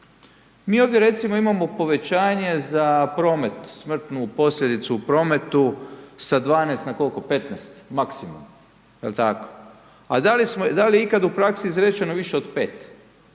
Mi ovdje recimo imamo povećanje za promet smrtnu posljedicu u prometu sa 12, na koliko, 15 maksimalno, je li tako? A da li je ikad u praksi izrečeno više od 5?